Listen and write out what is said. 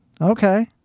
okay